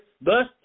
Thus